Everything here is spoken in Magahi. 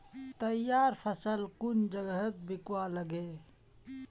तैयार फसल कुन जगहत बिकवा लगे?